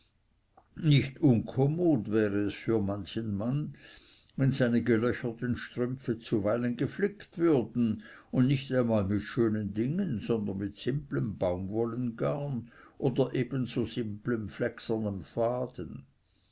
nicht unkommod wäre es für manchen mann wenn seine gelöcherten strümpfe zuweilen geflickt würden und nicht einmal mit schönen dingen sondern mit simplem baumwollengarn oder ebenso simplem flächsernem faden